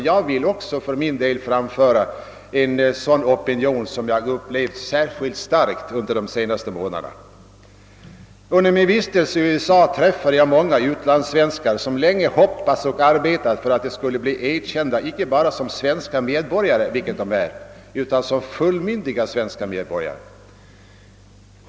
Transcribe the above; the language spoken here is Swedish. Jag vill också framföra en sådan opinion, som jag upplevt särskilt starkt under de senaste månaderna. Under min vistelse i USA träffade jag många utlandssvenskar, som länge hoppats på och arbetat för att de skulle bli erkända inte bara som svenska medborgare, vilket de är, utan som fullmyndiga svenska medborgare.